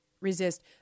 resist